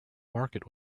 market